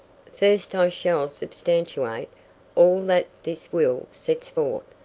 first i shall substantiate all that this will sets forth.